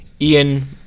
ian